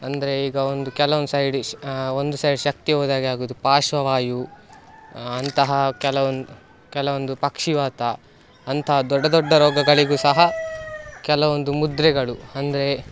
ಅಂದರೆ ಈಗ ಒಂದು ಕೆಲವೊಂದು ಸೈಡ್ ಒಂದು ಸೈಡ್ ಶಕ್ತಿ ಹೋದ್ಹಾಗೆ ಆಗೋದು ಪಾರ್ಶ್ವ ವಾಯು ಅಂತಹ ಕೆಲವೊಂದು ಕೆಲವೊಂದು ಪಕ್ಷಿವಾತ ಅಂತಹ ದೊಡ್ಡ ದೊಡ್ಡ ರೋಗಗಳಿಗೂ ಸಹ ಕೆಲವೊಂದು ಮುದ್ರೆಗಳು ಅಂದರೆ